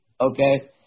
okay